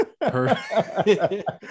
Perfect